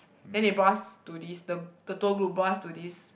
then they brought us to this the the tour group brought us to this